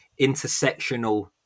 intersectional